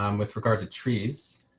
um with regard to trees.